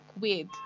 weird